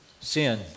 Sin